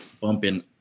bumping